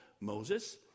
Moses